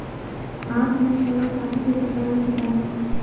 आप मन मोला खातू के प्रकार ल बतावव?